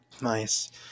nice